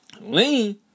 lean